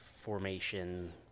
formation